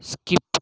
skip